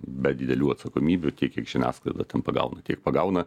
be didelių atsakomybių tiek kiek žiniasklaida ten pagauna tiek pagauna